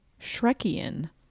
Shrekian